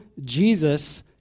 Jesus